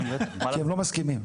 כי הם לא מסכימים.